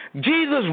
Jesus